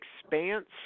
Expanse